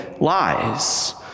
lies